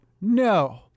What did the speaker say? No